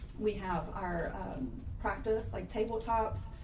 we have our practice like tabletops,